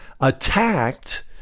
attacked